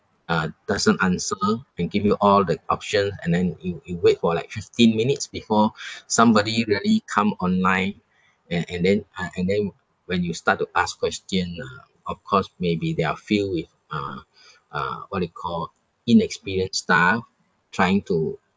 uh doesn't answer and give you all the options and then you you wait for like fifteen minutes before somebody really come online and and then ah and then when you start to ask question ah of course maybe there are few with uh uh what you call inexperienced staff trying to